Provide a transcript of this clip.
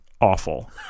awful